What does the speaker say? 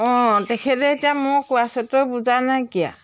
অঁ তেখেতে এতিয়া মই কোৱা স্বতেও বুজা নাইকিয়া